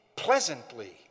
pleasantly